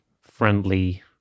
friendly